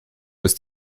ist